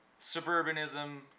suburbanism